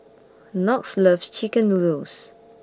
Knox loves Chicken Noodles